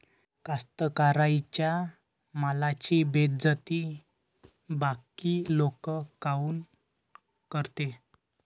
कास्तकाराइच्या मालाची बेइज्जती बाकी लोक काऊन करते?